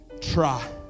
try